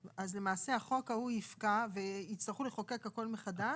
אז למעשה החוק ההוא יפקע ויצטרכו לחוקק הכל מחדש.